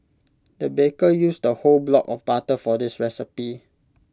the baker used A whole block of butter for this recipe